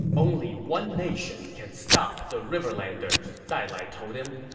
only one nation can stop the riverlanders, dailai told him.